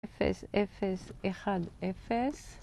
אפס אפס אחד אפס